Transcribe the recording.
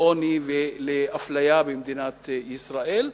לעוני ולאפליה במדינת ישראל,